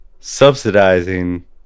subsidizing